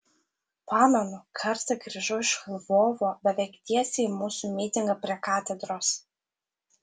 pamenu kartą grįžau iš lvovo beveik tiesiai į mūsų mitingą prie katedros